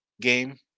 game